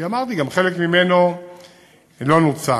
כי אמרתי, גם חלק ממנו לא נוצל.